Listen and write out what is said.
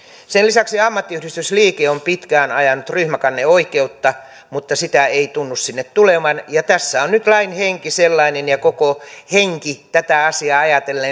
sen lisäksi ammattiyhdistysliike on pitkään ajanut ryhmäkanneoikeutta mutta sitä ei tunnu sinne tulevan ja tässä on nyt lain henki sellainen ja koko henki tätä asiaa ajatellen